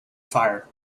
fire